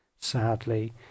sadly